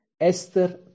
Esther